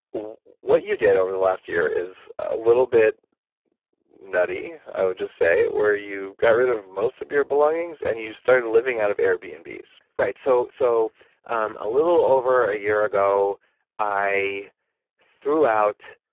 what you did over the last year is a little bit nutty, i would just say, where you got rid of most of your belongings and you started living out of airbnb's right, so so um a little over a year ago i threw out,